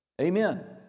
Amen